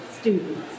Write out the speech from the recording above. students